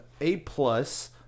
A-plus